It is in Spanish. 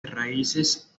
raíces